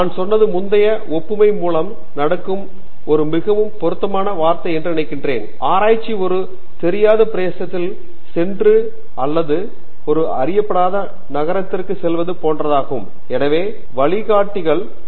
நான் சொன்னது முந்தைய ஒப்புமை மூலம் நடக்கும் ஒரு மிகவும் பொருத்தமான வார்த்தை என்று நினைக்கிறேன் ஆராய்ச்சி ஒரு தெரியாத பிரதேசத்தில் சென்று அல்லது ஒரு அறியப்படாத நகரத்திற்கு சென்று பற்றி நீங்கள் வரலாற்றில் கொடுத்து நீங்கள் வழிகாட்டிகள் வேண்டும் நினைவில் இலக்கு வருகை